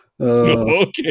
Okay